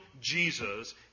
Jesus